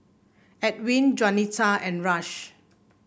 Edwin Juanita and Rush